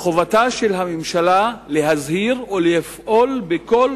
מחובתה של הממשלה להזהיר ולפעול בכל